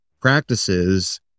practices